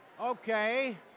Okay